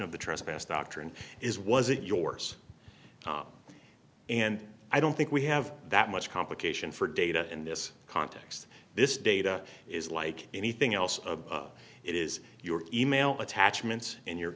of the trespass doctrine is was it yours and i don't think we have that much complication for data in this context this data is like anything else it is your email attachments in your